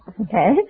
Okay